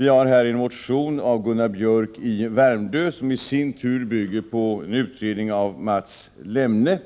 I en motion av Gunnar Biörck i Värmdö, vilken i sin tur bygger på en utredning av Mats Lemne,